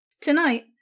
Tonight